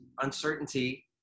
uncertainty